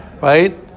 Right